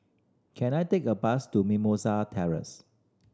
can I take a bus to Mimosa Terrace